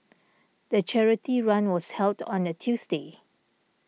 the charity run was held on a Tuesday